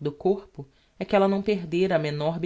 do corpo é que ella não perdera a menor